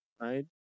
right